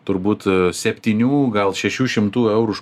turbūt septynių gal šešių šimtų eurų už